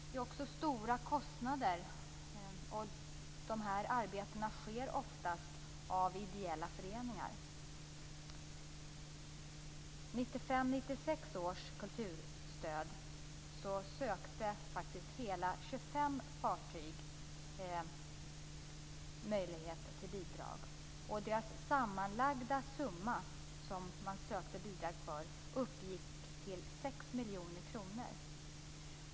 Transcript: Det rör sig om stora kostnader och arbetet utförs ofta av ideella föreningar. Ur 1995/96 års kulturstöd sökte hela 25 fartyg bidrag, och den sammanlagda summa som man ansökte om uppgick till 6 miljoner kronor.